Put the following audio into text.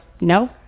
no